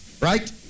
Right